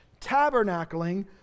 tabernacling